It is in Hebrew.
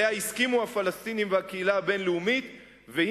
שהפלסטינים והקהילה הבין-לאומית הסכימו עליה,